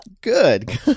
Good